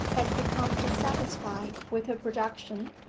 had become dissatisfied with her production,